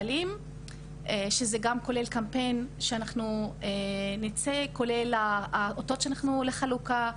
כולל קמפיין שאנחנו נצא בו, כולל האותות לחלוקה,